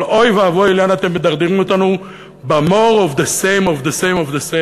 אבל אוי ואבוי לאן אתם מדרדרים אותנו ב-more of the same of the same,